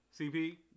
CP